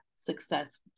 success